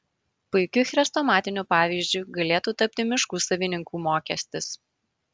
puikiu chrestomatiniu pavyzdžiu galėtų tapti miškų savininkų mokestis